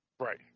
Right